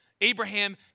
Abraham